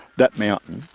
that mountain,